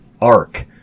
arc